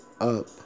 up